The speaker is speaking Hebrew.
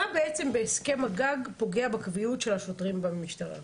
מה בעצם בהסכם הגג פוגע בקביעות של השוטרים במשטרה?